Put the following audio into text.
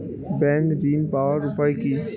Bank ঋণ পাওয়ার উপায় কি?